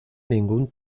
ningún